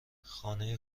خانه